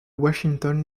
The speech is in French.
washington